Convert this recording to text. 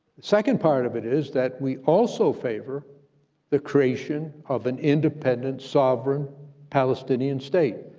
second part of it is that we also favor the creation of an independent, sovereign palestinian state,